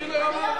תודה רבה.